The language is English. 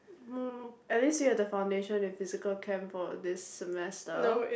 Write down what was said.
at least you had the foundation in physical chem for this semester